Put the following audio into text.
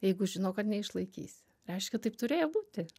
jeigu žino kad neišlaikysi reiškia taip turėjo būti